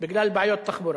בגלל בעיות תחבורה.